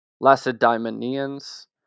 Lacedaemonians